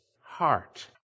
heart